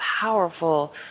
powerful